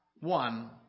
one